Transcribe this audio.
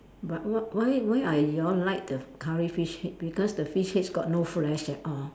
but what why why are you all like the curry fish head because the fish heads got no flesh at all